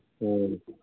ꯑꯣ